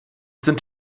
sind